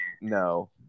no